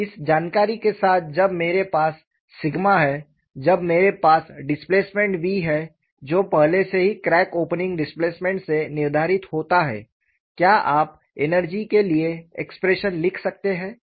अब इस जानकारी के साथ जब मेरे पास सिग्मा है जब मेरे पास डिस्प्लेसमेंट v है जो पहले से ही क्रैक ओपनिंग डिस्प्लेसमेंट से निर्धारित होता है क्या आप एनर्जी के लिए एक्सप्रेशन लिख सकते हैं